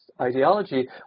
ideology